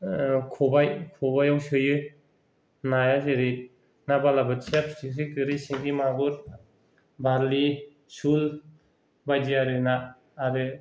खबाय खबाइयाव सोयो नाया जेरै ना बालाबाथिया फिथिख्रि गोरि सिंगि मागुर बार्लि सुल बायदि आरो ना आरो